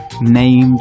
Named